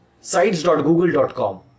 sites.google.com